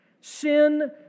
sin